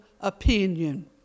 opinion